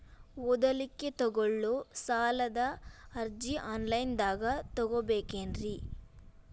ಓದಲಿಕ್ಕೆ ತಗೊಳ್ಳೋ ಸಾಲದ ಅರ್ಜಿ ಆನ್ಲೈನ್ದಾಗ ತಗೊಬೇಕೇನ್ರಿ?